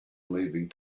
leaving